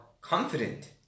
confident